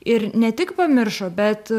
ir ne tik pamiršo bet